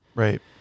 Right